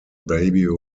baby